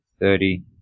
thirty